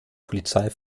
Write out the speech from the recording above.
polizei